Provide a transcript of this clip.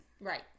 right